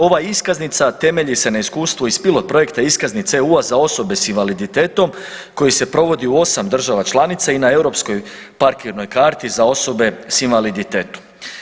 Ova iskaznica temelji se na iskustvu iz pilot projekta iskaznice EU za osobe s invaliditetom koje se provodi u 8 država članica i na europskoj parkirnoj karti za osobe s invaliditetom.